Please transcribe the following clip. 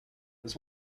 this